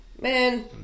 Man